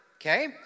okay